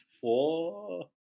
four